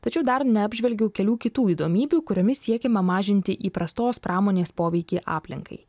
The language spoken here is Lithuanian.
tačiau dar neapžvelgiau kelių kitų įdomybių kuriomis siekiama mažinti įprastos pramonės poveikį aplinkai